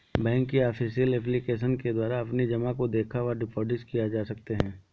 bank की official application के द्वारा अपनी जमा को देखा व डिपॉजिट किए जा सकते हैं